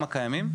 גם הקיימים?